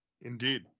Indeed